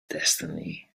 destiny